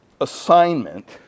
assignment